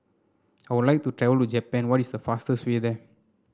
I would like to travel to Japan what is the fastest way there